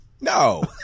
No